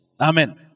Amen